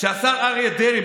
כשהשר אריה דרעי,